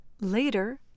Later